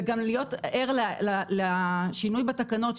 וגם להיות ער לשינוי בתקנות,